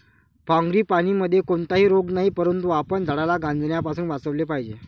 फ्रांगीपानीमध्ये कोणताही रोग नाही, परंतु आपण झाडाला गंजण्यापासून वाचवले पाहिजे